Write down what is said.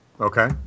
Okay